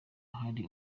hari